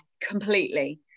completely